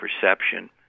perception